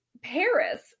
Paris